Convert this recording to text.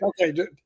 Okay